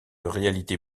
réalité